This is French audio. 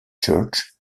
church